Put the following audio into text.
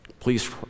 Please